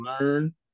learn